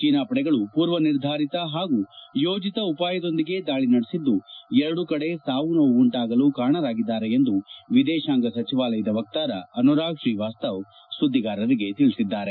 China ಪಡೆಗಳು ಪೂರ್ವ ನಿರ್ಧಾರಿತ ಹಾಗೂ ಯೋಜಿತ ಉಪಾಯದೊಂದಿಗೆ ದಾಳಿ ನಡೆಸಿದ್ದು ಎರಡೂ ಕಡೆ ಸಾವು ನೋವು ಉಂಟಾಗಲು ಕಾರಣರಾಗಿದ್ದಾರೆ ಎಂದು ವಿದೇಶಾಂಗ ಸಚಿವಾಲಯದ ವಕ್ತಾರ ಅನುರಾಗ್ ಶ್ರೀವಾಸ್ತವ್ ಸುದ್ದಿಗಾರರಿಗೆ ತಿಳಿಸಿದ್ದಾರೆ